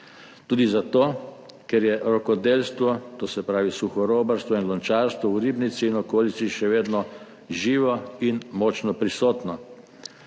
tudi zato, ker je rokodelstvo, to se pravi suhorobarstvo in lončarstvo, v Ribnici in okolici še vedno živo in močno prisotno,